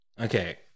okay